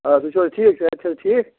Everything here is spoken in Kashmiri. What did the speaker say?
آ تُہۍ چھُو حظ ٹھیٖک صحت چھِ حظ ٹھیٖک